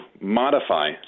modify